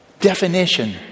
definition